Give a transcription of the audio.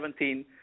2017